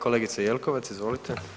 Kolegice Jelkovac, izvolite.